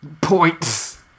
Points